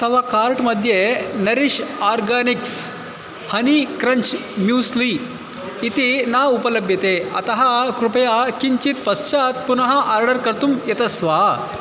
तव कार्ट् मध्ये Nourish Organics honey crunch muesli इति न उपलभ्यते अतः कृपया किञ्चित् पश्चात् पुनः आर्डर् कर्तुं यतस्व